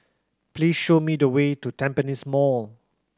please show me the way to Tampines Mall